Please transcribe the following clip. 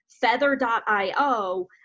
Feather.io